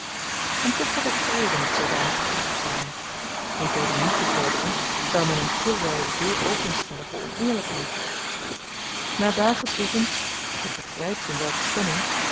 en toch had ik vrede met zoodanige terugbetaling want door die niet te vorderen zou men een te wyde deur openstellen voor oneerlykheid na dagen toevens ge begrypt in welke stemming